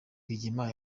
rwigema